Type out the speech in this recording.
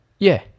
Yeah